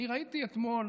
אני ראיתי אתמול,